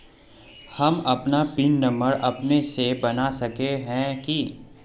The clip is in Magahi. हम अपन पिन नंबर अपने से बना सके है की?